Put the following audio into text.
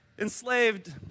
enslaved